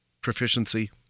proficiency